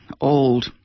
old